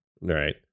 Right